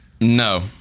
No